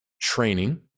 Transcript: training